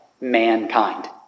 mankind